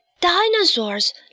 Dinosaurs